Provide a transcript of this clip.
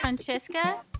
Francesca